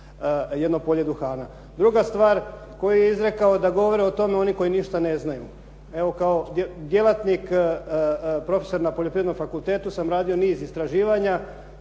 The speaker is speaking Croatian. jedno polje duhana. Druga stvar koju je izrekao da govore o tome oni koji ništa ne znaju. Evo, kao djelatnik profesor na poljoprivrednom fakultetu sam radio niz istraživanja,